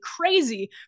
crazy